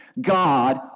God